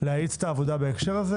להאיץ את העבודה בנושא.